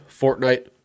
Fortnite